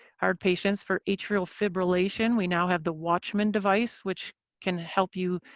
hard patients. for atrial fibrillation, we now have the watchman device which can help you